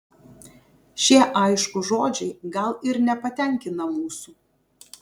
šie aiškūs žodžiai gal ir nepatenkina mūsų